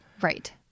Right